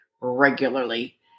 regularly